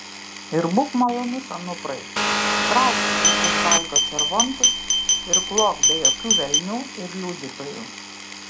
ir būk malonus anuprai trauk iš už balkio červoncus ir klok be jokių velnių ir liudytojų